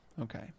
Okay